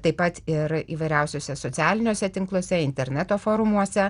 taip pat ir įvairiausiuose socialiniuose tinkluose interneto forumuose